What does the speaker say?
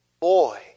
boy